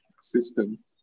system